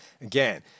again